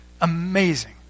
Amazing